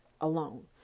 alone